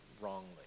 wrongly